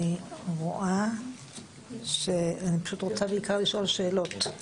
אני רוצה בעיקר לשאול שאלות.